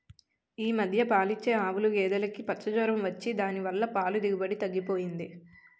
ఈ మధ్య పాలిచ్చే ఆవులు, గేదులుకి పచ్చ జొరం వచ్చి దాని వల్ల పాల దిగుబడి తగ్గిపోయింది